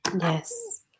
Yes